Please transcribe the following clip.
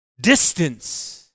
Distance